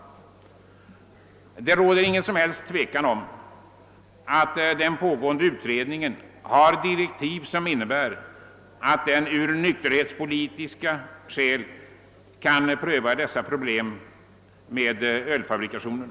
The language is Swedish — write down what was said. Det råder intet som helst tvivel om att den pågående utredningen har direktiv som innebär att den på nykterhetspolitiska grunder kan pröva problemen med ölfabrikationen.